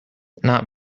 not